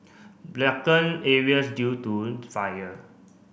blackened areas due to the fire